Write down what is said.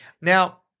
Now